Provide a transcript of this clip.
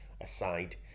aside